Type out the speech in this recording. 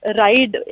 ride